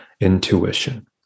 intuition